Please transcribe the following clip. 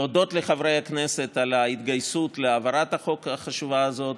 להודות לחברי הכנסת על ההתגייסות להעברת החוק החשוב הזה,